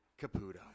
Caputo